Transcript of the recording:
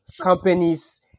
companies